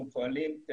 אנחנו פועלים,